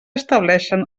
estableixen